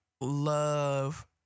love